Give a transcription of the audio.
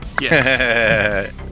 Yes